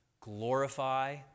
glorify